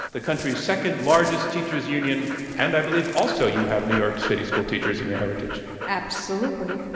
the country's second largest teachers union and i believe also you have new york city school teachers in your heritage. absolutely.